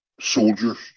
soldiers